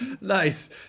Nice